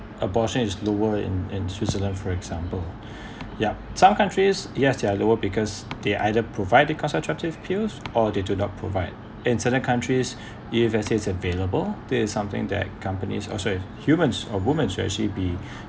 abortion is lower in in Switzerland for example yup some countries yes they're lower because they either provided the contraceptive pills or they do not provide in certain countries if let's say it's available that is something that companies oh sorry humans or woman should actually be